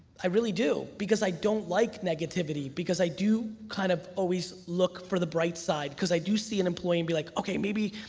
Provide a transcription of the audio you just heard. i really do because i don't like negativity because i do kind of always look for the bright side cause i do see an employee and be like, okay, maybe,